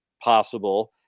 possible